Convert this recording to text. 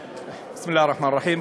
בסם אללה א-רחמאן א-רחים.